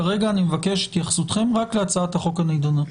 כרגע אני מבקש התייחסותכם רק להצעת החוק הנידונה.